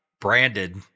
branded